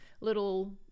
little